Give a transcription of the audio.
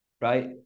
right